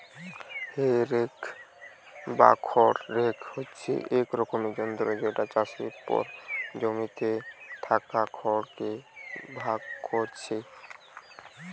হে rake বা খড় rake হচ্ছে এক রকমের যন্ত্র যেটা চাষের পর জমিতে থাকা খড় কে ভাগ কোরছে